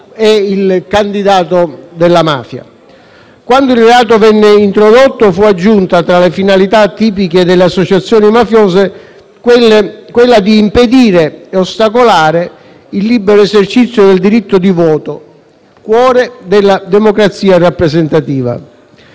è il candidato della mafia. Quando il reato venne introdotto fu aggiunta tra le finalità tipiche delle associazioni mafiose quella di impedire e ostacolare il libero esercizio del diritto di voto, cuore della democrazia rappresentativa.